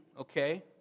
okay